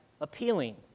appealing